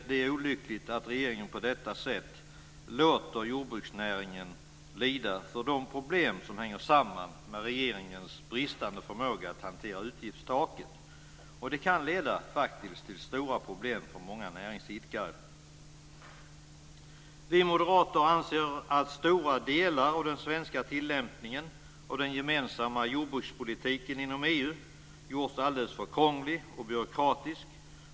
Det är olyckligt att regeringen på detta sätt låter jordbruksnäringen lida för problem som hänger samman med regeringens bristande förmåga att hantera utgiftstaket. Det kan faktiskt leda till stora problem för många näringsidkare. Vi moderater anser att stora delar av den svenska tillämpningen av den gemensamma jordbrukspolitiken inom EU har gjorts alldeles för krångliga och byråkratiska.